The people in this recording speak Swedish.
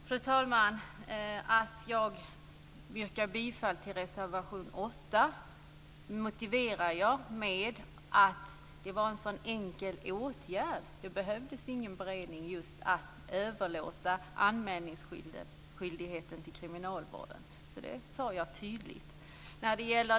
Fru talman! Att jag yrkar bifall till reservation 8 motiverar jag med att det handlar om en så enkel åtgärd. Det behövs ingen beredning för att överlåta anmälningsskyldigheten till kriminalvården, och det sade jag tydligt.